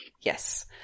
Yes